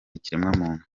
ikiremwamuntu